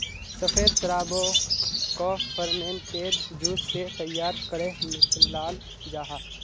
सफ़ेद शराबोक को फेर्मेंतेद जूस से तैयार करेह निक्लाल जाहा